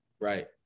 Right